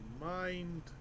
mind